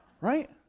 Right